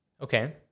Okay